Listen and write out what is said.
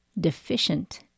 deficient